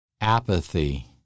apathy